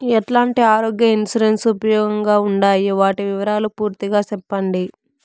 ఎట్లాంటి ఆరోగ్య ఇన్సూరెన్సు ఉపయోగం గా ఉండాయి వాటి వివరాలు పూర్తిగా సెప్పండి?